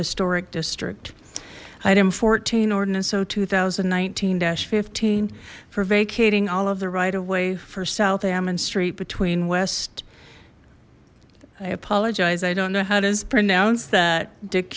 historic district item fourteen ordinance o two thousand and nineteen fifteen for vacating all of the right of way for south ammon street between west i apologize i don't know how to pronounce that dick